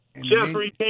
Jeffrey